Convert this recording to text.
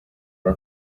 uwa